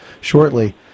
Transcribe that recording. shortly